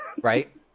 Right